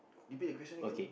repeat the question again